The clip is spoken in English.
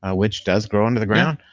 ah which does grow under the ground,